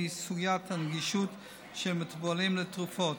היא סוגיית הנגישות של מטופלים לתרופות.